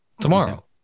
tomorrow